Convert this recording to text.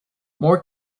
more